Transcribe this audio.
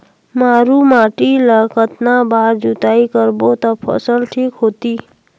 मारू माटी ला कतना बार जुताई करबो ता फसल ठीक होती?